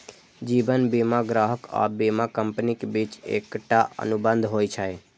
जीवन बीमा ग्राहक आ बीमा कंपनीक बीच एकटा अनुबंध होइ छै